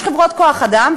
יש חברות כוח-אדם,